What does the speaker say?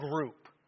group